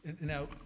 Now